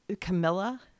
Camilla